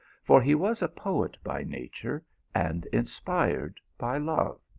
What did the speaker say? for he was a poet by nature and inspired by love.